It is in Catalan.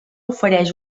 ofereix